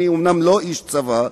אני לא איש צבא,